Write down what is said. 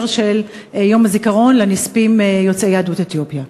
של יום הזיכרון לנספים יוצאי יהדות אתיופיה.